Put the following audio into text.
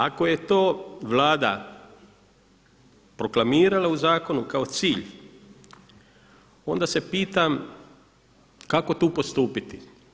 Ako je to Vlada proklamirala u zakonu kao cilj onda se pitam kako tu postupiti.